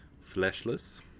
fleshless